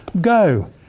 go